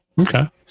Okay